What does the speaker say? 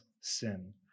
sin